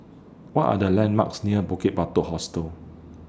What Are The landmarks near Bukit Batok Hostel